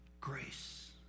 Grace